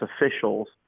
officials